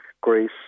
Greece